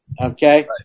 Okay